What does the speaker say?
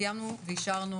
קיימנו ואישרנו.